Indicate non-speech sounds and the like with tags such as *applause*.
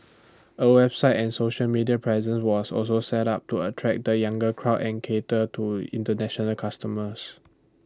*noise* A website and social media presence was also set up to attract the younger crowd and cater to International customers